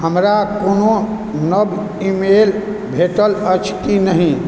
हमरा कोनो नव ईमेल भेटल अछि की नहि